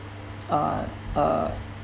uh uh